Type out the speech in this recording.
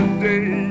day